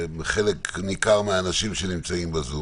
לחלק ניכר מהאנשים שנמצאים בזום.